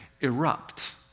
erupt